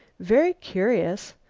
very curious.